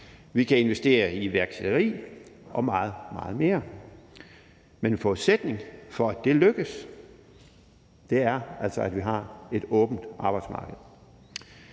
vi kan investere i iværksætteri og meget, meget mere. Men en forudsætning for, at det lykkes, er altså, at vi har et åbent arbejdsmarked.